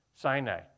Sinai